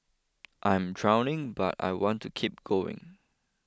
I am drowning but I want to keep going